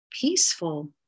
peaceful